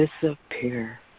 disappear